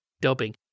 dubbing